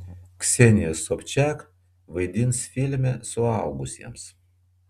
ksenija sobčak vaidins filme suaugusiems